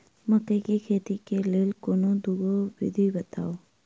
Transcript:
मकई केँ खेती केँ लेल कोनो दुगो विधि बताऊ?